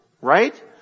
right